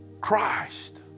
Christ